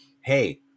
hey